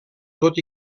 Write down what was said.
tot